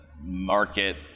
market